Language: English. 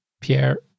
Pierre